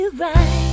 right